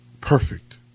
perfect